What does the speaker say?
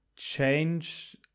change